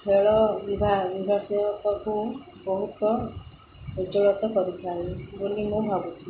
ଖେଳ ବିଭାହବାସୀ ଗତକୁ ବହୁତ ଉଜ୍ଵଳତ୍ୱ କରିଥାଏ ବୋଲି ମୁଁ ଭାବୁଛିି